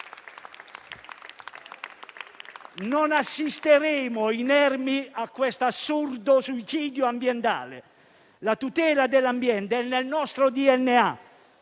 Non assisteremo inermi a quest'assurdo suicidio ambientale. La tutela dell'ambiente è nel nostro DNA.